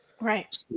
Right